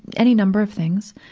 any number of things.